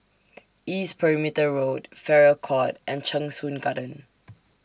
East Perimeter Road Farrer Court and Cheng Soon Garden